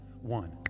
One